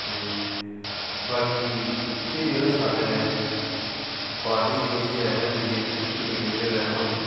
ते बाकी इत्थें जेह्ड़ा स्हाड़ै पार्टी जेह्ड़ी ऐ बी जे पी दी रविंदर रैना होर